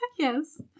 Yes